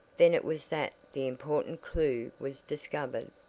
then it was that the important clew was discovered,